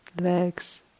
legs